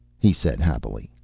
he said happily.